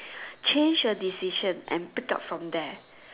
change a decision and pick up from there